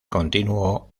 continuó